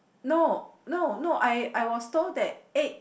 no no no I I was told that egg